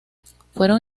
fueron